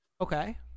Okay